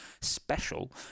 special